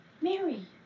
Mary